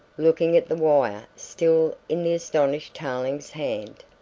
looking at the wire still in the astonished tarling's hand,